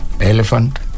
elephant